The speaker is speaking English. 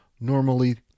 normally